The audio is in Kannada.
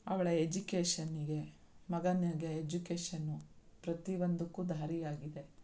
ಅವಳ ಎಜುಕೇಷನಿಗೆ ಮಗನಿಗೆ ಎಜುಕೇಷನು ಪ್ರತಿಯೊಂದಕ್ಕೂ ದಾರಿ ಆಗಿದೆ